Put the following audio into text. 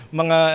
mga